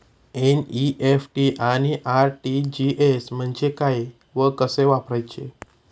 NEFT आणि RTGS म्हणजे काय व कसे वापरायचे?